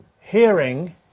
hearing